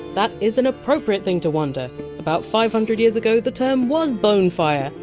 that is an appropriate thing to wonder about five hundred years ago, the term was bone fire.